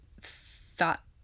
thought